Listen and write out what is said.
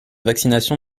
vaccination